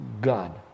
God